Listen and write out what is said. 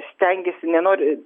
stengiasi nenori